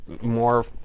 more